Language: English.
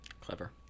Clever